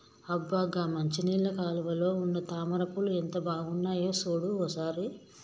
అబ్బ గా మంచినీళ్ళ కాలువలో ఉన్న తామర పూలు ఎంత బాగున్నాయో సూడు ఓ సారి